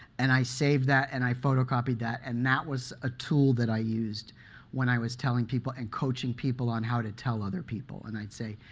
and i saved that and i photocopied that. and that was a tool that i used when i was telling people and coaching people on how to tell other people. and i'd say,